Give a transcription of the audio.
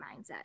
mindset